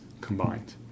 combined